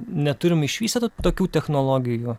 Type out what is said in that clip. neturim išvystytų tokių technologijų